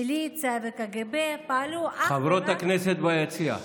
מיליציה וקג"ב, פעלו אך ורק, חברות הכנסת ביציע.